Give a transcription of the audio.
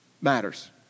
matters